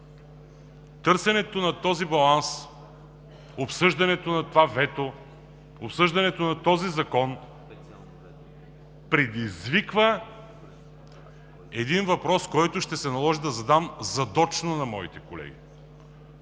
търсенето на този баланс, обсъждането на това вето, обсъждането на този закон предизвиква един въпрос, който ще се наложи да задам задочно на моите колеги: